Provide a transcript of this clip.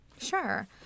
Sure